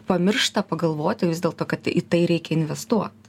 pamiršta pagalvoti vis dėlto kad į tai reikia investuot